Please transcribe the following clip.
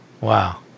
Wow